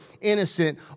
innocent